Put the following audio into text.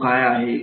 तो काय आहे